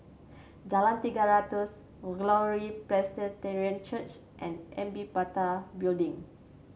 Jalan Tiga Ratus Glory Presbyterian Church and Amitabha Building